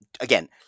again